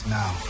now